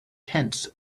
tents